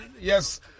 Yes